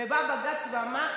ובא בג"ץ ואמר,